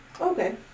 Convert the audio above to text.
Okay